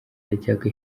yajyaga